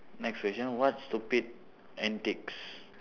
next question what stupid antics